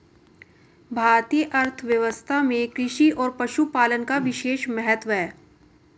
भारतीय अर्थव्यवस्था में कृषि और पशुपालन का विशेष महत्त्व है